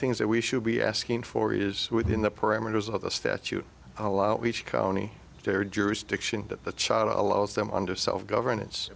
things that we should be asking for is within the parameters of the statute allow each county fair jurisdiction that the child allows them under self governance